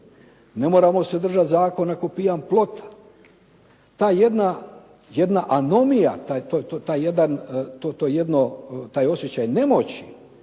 Ne moramo se držati zakona kao pijan plota. Ta jedna anomija, taj osjećaj nemoći